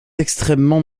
extrêmement